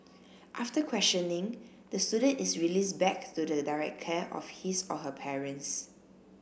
after questioning the student is released back to the direct care of his or her parents